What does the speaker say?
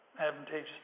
advantageous